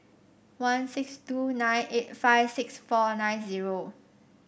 one six two nine eight five six four nine zero